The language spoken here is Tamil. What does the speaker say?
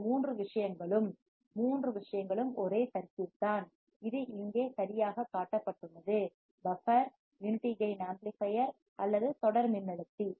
இந்த மூன்று விஷயங்களும் மூன்று விஷயங்களும் ஒரே சர்க்யூட்தான் இது இங்கே சரியாகக் காட்டப்பட்டுள்ளது பஃபர் யூனிட்டி கேயின் ஆம்ப்ளிபையர் அல்லது தொடர் மின்னழுத்தி